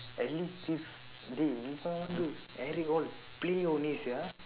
at least this dey இவன் வந்து:ivan vandthu eric all play only sia